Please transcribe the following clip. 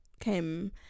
came